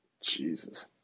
Jesus